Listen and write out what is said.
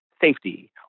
safety